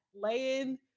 laying